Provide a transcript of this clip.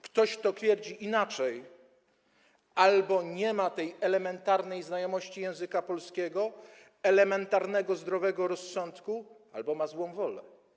Ktoś, kto twierdzi inaczej, albo nie ma tej elementarnej znajomości języka polskiego, elementarnego zdrowego rozsądku, albo ma złą wolę.